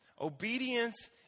Obedience